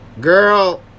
Girl